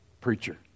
preacher